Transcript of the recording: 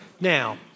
Now